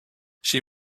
she